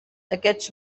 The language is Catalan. aquests